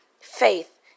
faith